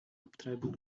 abtreibung